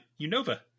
Unova